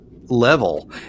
level